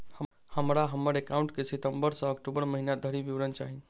हमरा हम्मर एकाउंट केँ सितम्बर सँ अक्टूबर महीना धरि विवरण चाहि?